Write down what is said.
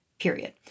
period